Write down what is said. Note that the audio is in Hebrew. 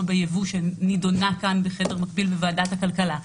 בייבוא שנדונה כאן בחדר מקביל בוועדת הכלכלה,